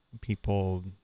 people